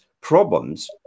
problems